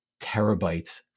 terabytes